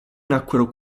nacquero